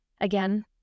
Again